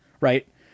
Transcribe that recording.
right